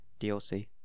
DLC